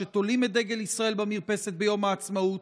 שתולים את דגל ישראל במרפסת ביום העצמאות,